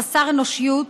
חסר אנושיות,